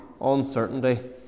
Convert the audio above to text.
uncertainty